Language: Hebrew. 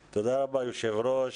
היושב-ראש,